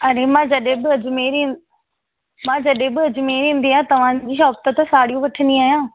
अड़े मां जॾहिं बि अजमेर ईंदी मां जॾहिं बि अजमेर ईंदी आहियां तव्हांजी शॉप था त साड़ियूं वठंदी आहियां